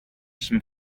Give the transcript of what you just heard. some